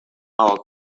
our